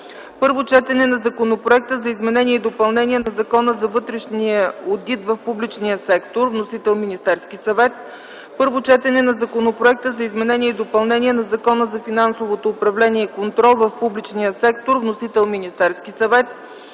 Първо четене на Законопроекта за изменение и допълнение на Закона за вътрешния одит в публичния сектор. Вносител - Министерският съвет. 8. Първо четене на Законопроекта за изменение и допълнение на Закона за финансовото управление и контрол в публичния сектор. Вносител - Министерският съвет.